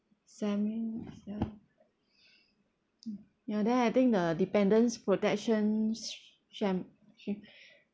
mm ya then I think the dependent's protections sham~ sh~